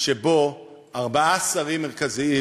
שבו ארבעה שרים מרכזיים,